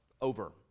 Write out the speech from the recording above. over